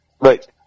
Right